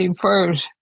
first